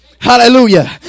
Hallelujah